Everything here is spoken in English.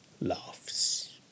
laughs